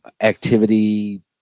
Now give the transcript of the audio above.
activity